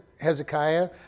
Hezekiah